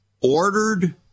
ordered